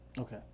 Okay